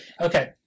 okay